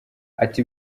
ati